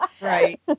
right